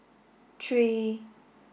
three